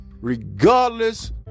regardless